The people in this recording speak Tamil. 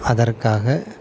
அதற்காக